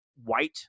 white